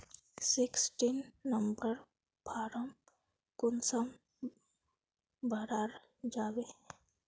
Sixteen number form कुंसम भराल जाछे?